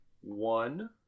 one